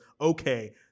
okay